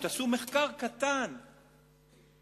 תעשו מחקר קטן ותשוו,